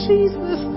Jesus